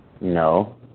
No